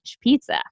pizza